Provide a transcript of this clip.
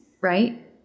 right